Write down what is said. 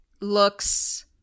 looks